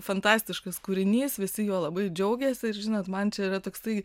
fantastiškas kūrinys visi juo labai džiaugėsi ir žinot man čia yra toksai